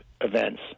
events